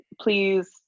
please